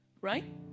right